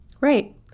Right